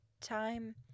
time